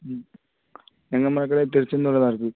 ம் எங்கள் மரக்கடை திருந்செந்தூரில் தான் இருக்குது